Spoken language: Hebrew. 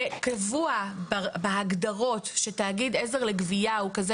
וקבוע בהגדרות שתאגיד עזר לגבייה הוא כזה